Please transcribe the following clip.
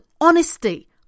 honesty